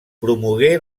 promogué